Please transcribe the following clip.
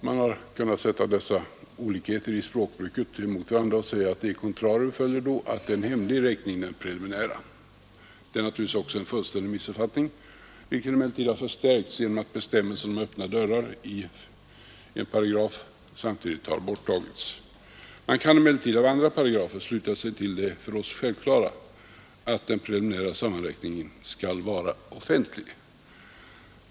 Man har kunnat sätta dessa olikheter i språkbruket emot varandra och säga att e contrario följer då att den preliminära räkningen är en hemlig räkning. Det är naturligtvis en fullständig missuppfattning, vilken emellertid har förstärkts genom att bes mmelsen om öppna dörrar i en paragraf samtidigt har ändrats. Man kan emellertid av andra paragrafer sluta sig till det för oss självklara att den preliminära sammanräkningen skall vara offentlig.